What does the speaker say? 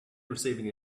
receiving